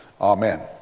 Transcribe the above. Amen